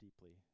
deeply